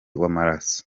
w’amaraso